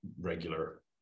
regular